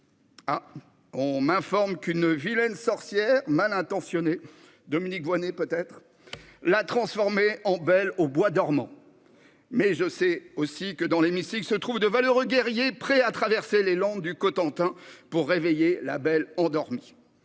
Ah, on m'informe qu'une vilaine sorcière mal intentionnée- peut-être Dominique Voynet ? -l'a transformé en Belle au bois dormant. Je sais toutefois que, dans cet hémicycle, se trouvent de valeureux guerriers, prêts à traverser les landes du Cotentin pour réveiller la belle endormie